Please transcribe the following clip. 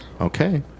Okay